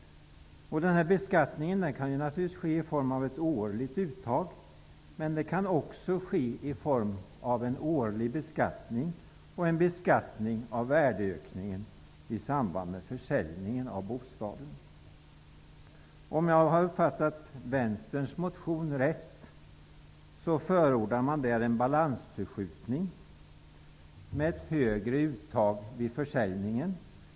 Denna beskattning kan ju naturligtvis ske i form av ett årligt uttag. Men den kan också ske i form av en årlig beskattning eller en beskattning på värdeökningen vid en försäljning av bostaden. Om jag har uppfattat Vänsterns motion rätt förordas en balansförskjutning med högre uttag vid försäljningen.